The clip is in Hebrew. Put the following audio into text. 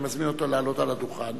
אני מזמין אותו לעלות על הדוכן